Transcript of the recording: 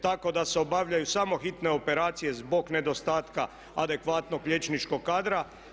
Tako da se obavljaju samo hitne operacije zbog nedostatka adekvatnog liječničkog kadra.